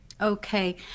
Okay